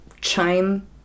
chime